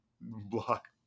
block